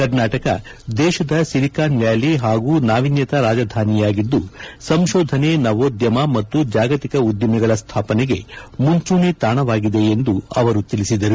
ಕರ್ನಾಟಕ ದೇಶದ Silicon Valley ಹಾಗೂ ನಾವೀನ್ನತಾ ರಾಜಧಾನಿಯಾಗಿದ್ದು ಸಂಶೋಧನೆ ನವೋದ್ಯಮ ಮತ್ತು ಜಾಗತಿಕ ಉದ್ದಿಮೆಗಳ ಸ್ಥಾಪನೆಗೆ ಮುಂಚೂಣಿ ತಾಣವಾಗಿದೆ ಎಂದು ಅವರು ತಿಳಿಸಿದರು